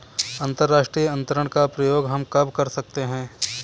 अंतर्राष्ट्रीय अंतरण का प्रयोग हम कब कर सकते हैं?